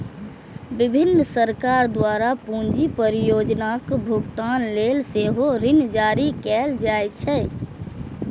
विभिन्न सरकार द्वारा पूंजी परियोजनाक भुगतान लेल सेहो ऋण जारी कैल जाइ छै